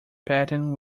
patent